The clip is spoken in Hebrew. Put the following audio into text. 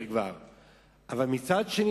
אבל מצד שני,